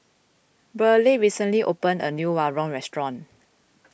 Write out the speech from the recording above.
Burleigh recently opened a new Rawon Restaurant